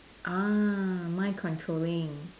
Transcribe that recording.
ah mind controlling